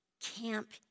Camp